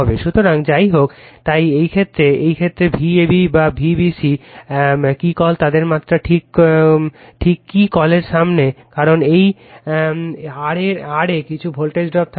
সুতরাং যাইহোক তাই এই ক্ষেত্রে এই ক্ষেত্রে Vab বা Vbc কি কল তাদের মাত্রা ঠিক কি কলের সমান নয় রেফার টাইম 2150 কারণ এই R এ কিছু ভোল্টেজ ড্রপ থাকবে